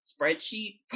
spreadsheet